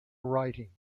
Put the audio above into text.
writing